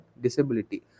disability